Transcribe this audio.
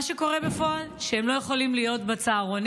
מה שקורה בפועל זה שהם לא יכולים להיות בצהרונים.